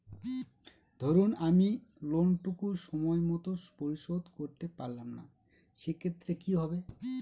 ধরুন আমি লোন টুকু সময় মত পরিশোধ করতে পারলাম না সেক্ষেত্রে কি হবে?